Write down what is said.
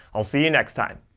i'll see you next time.